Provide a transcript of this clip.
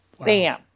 bam